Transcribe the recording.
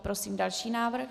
Prosím další návrh.